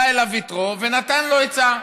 בא אליו יתרו ונתן לו עצה.